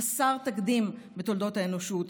חסר תקדים בתולדות האנושות,